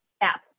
app